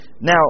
Now